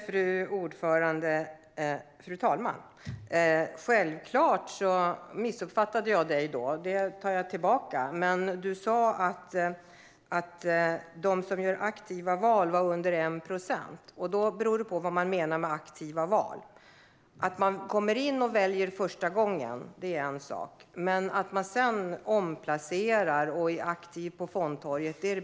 Fru talman! Då missuppfattade jag Rickard Persson, och jag tar självklart tillbaka det jag sa. Men du sa nu att det är under 1 procent som gör aktiva val. Det beror på vad man menar med aktiva val. Det är en sak att man kommer in och väljer första gången. Men det är betydligt fler än 1 procent som sedan omplacerar och är aktiva på fondtorget.